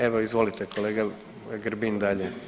Evo izvolite kolega Grbin dalje.